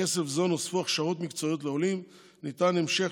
בכסף זה נוספו הכשרות מקצועיות לעולים וניתן המשך